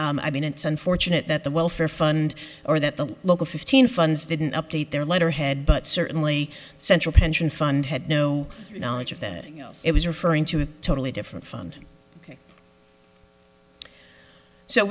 and i mean it's unfortunate that the welfare fund or that the local fifteen funds didn't update their letterhead but certainly central pension fund had no knowledge of that it was referring to a totally different